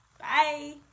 Bye